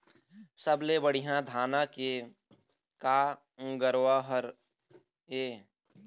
सबले बढ़िया धाना के का गरवा हर ये?